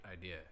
idea